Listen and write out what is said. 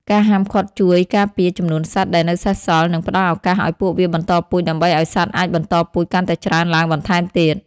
ការហាមឃាត់ជួយការពារចំនួនសត្វដែលនៅសេសសល់ និងផ្ដល់ឱកាសឱ្យពួកវាបន្តពូជ ដើម្បីឲ្យសត្វអាចបន្តពូជកាន់តែច្រើនឡើងបន្ថែមទៀត។